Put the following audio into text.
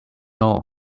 know